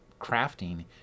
crafting